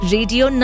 Radio